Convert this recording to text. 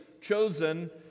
chosen